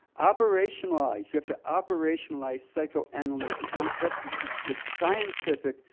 operationalize you have to operationalize psychoanalytic concepts with scientific,